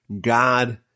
God